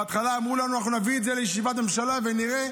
בהתחלה אמרו לנו: אנחנו נביא את זה לישיבת ממשלה ונראה.